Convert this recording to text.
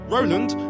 Roland